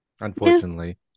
unfortunately